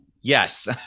Yes